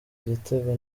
igitego